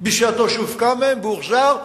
בשעתו למטה שהופקע מהם והוחזר,